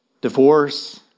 divorce